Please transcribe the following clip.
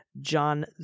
John